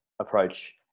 approach